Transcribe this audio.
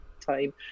time